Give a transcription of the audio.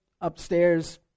upstairs